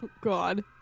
God